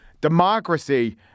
democracy